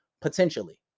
potentially